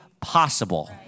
possible